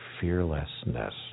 fearlessness